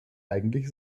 eigentlich